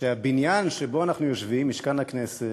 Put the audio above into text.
שהבניין שבו אנחנו יושבים, משכן הכנסת,